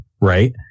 Right